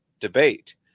debate